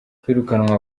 kwirukanwa